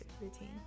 routine